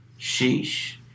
sheesh